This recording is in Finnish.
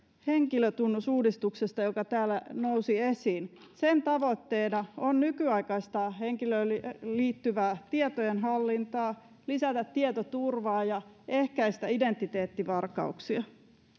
henkilötunnusuudistuksesta joka täällä nousi esiin sen tavoitteena on nykyaikaistaa henkilöön liittyvää tietojenhallintaa lisätä tietoturvaa ja ehkäistä identiteettivarkauksia